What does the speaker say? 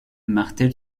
martel